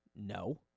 No